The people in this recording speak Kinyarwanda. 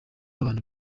abantu